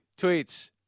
tweets